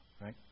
right